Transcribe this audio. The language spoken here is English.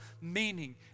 meaning